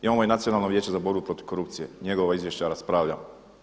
Imamo i Nacionalno vijeće za borbu protiv korupcije, njegova izvješća raspravljamo.